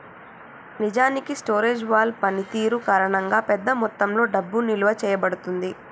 నిజానికి storage wall పనితీరు కారణంగా పెద్ద మొత్తంలో డబ్బు నిలువ చేయబడుతుంది